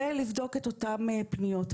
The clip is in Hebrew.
ולבדוק את אותן פניות.